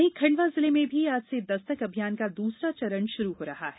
वहीं खंडवा जिले में भी आज से दस्तक अभियान का दूसरा चरण शुरू हो रहा है